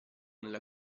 nella